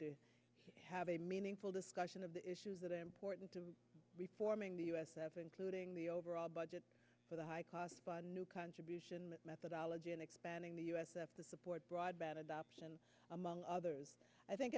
to have a meaningful discussion of the issues that are important to reforming the u s that's including the overall budget for the high cost new contribution methodology and expanding the u s up to support broadband adoption among others i think